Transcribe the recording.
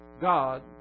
God